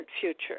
future